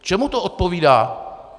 Čemu to odpovídá?